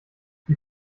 die